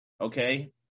okay